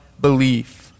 belief